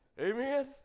Amen